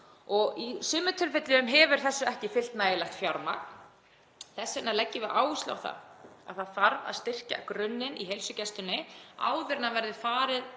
og í sumum tilfellum hefur þessu ekki fylgt nægjanlegt fjármagn. Þess vegna leggjum við áherslu á að það þarf að styrkja grunninn í heilsugæslunni áður en farið